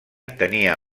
tenia